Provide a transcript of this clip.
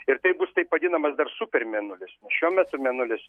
ir tai bus taip vadinamas dar super mėnulis nes šiuo metu mėnulis